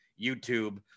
YouTube